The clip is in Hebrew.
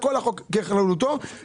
בואי נביא את כל החוק בכללותו ונקבע